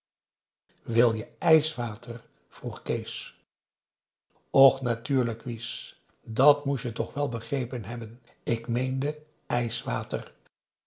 wil je ijswater vroeg kees och natuurlijk wies dat moest je toch wel begrepen hebben ik meende